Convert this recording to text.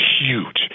huge